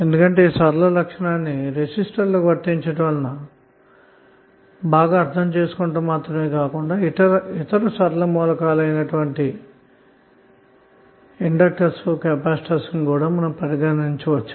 ఎందుకంటె ఈ సరళ లక్షణాన్ని రెసిస్టర్లకు వర్తించటం వలన బాగా అర్ధం అవటం మాత్రమే కాకుండా ఇతర సరళ మూలకాల అయిన ప్రేరకాలు మరియు కెపాసిటర్లను కూడా మనం పరిగణించవచ్చు